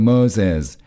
Moses